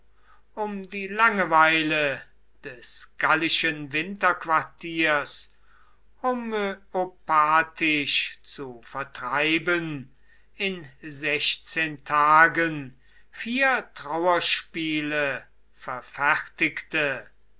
um die langeweile des gallischen winterquartiers homöopathisch zu vertreiben in sechzehn tagen vier trauerspiele verfertigte